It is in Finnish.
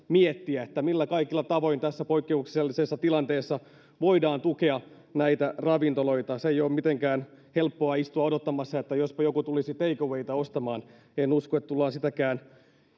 miettiä millä kaikilla tavoin tässä poikkeuksellisessa tilanteessa voidaan tukea näitä ravintoloita ei ole mitenkään helppoa istua odottamassa että jospa joku tulisi take awayta ostamaan en usko että tullaan sitäkään